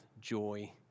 joy